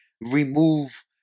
remove